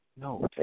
No